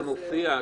זה מופיע,